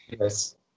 Yes